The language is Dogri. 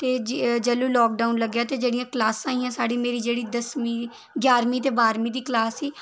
ते जिसलै लॉकडाउन लग्गेआ ते जेह्ड़ियां क्लासां हियां साढ़ियां मेरी जेह्ड़ी दसमीं ञारमीं ते बाह्रमीं दी क्लास ही